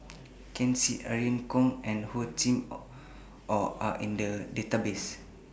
Ken Seet Irene Khong and Hor Chim Or Are in The Database